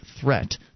threat